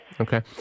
okay